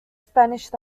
spanish